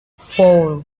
four